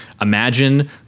imagine